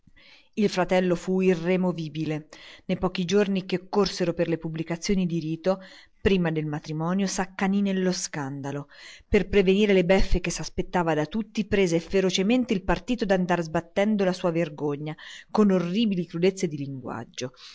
il fratello fu irremovibile ne pochi giorni che occorsero per le pubblicazioni di rito prima del matrimonio s'accanì nello scandalo per prevenir le beffe che s'aspettava da tutti prese ferocemente il partito d'andar sbandendo la sua vergogna con orribili crudezze di linguaggio